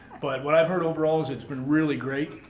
but what i've heard overall is it's been really great.